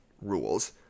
rules